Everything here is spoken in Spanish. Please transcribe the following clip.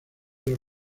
los